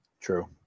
True